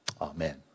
Amen